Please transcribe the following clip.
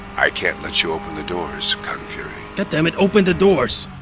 i can't let you open the doors kung fury. goddammit, open the doors!